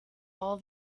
all